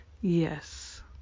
Yes